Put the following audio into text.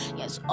yes